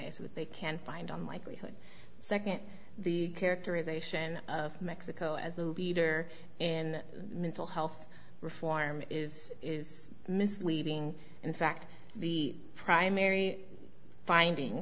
that they can find on likelihood second the characterization of mexico as a leader in mental health reform is is misleading in fact the primary finding